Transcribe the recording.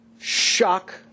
shock